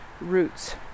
roots